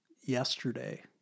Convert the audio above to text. yesterday